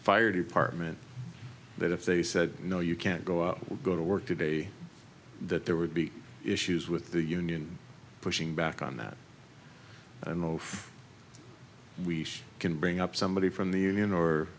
fire department that if they said no you can't go out go to work today that there would be issues with the union pushing back on that i don't know if we can bring up somebody from the union or